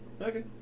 Okay